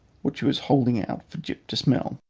which he was holding out for gyp to smell.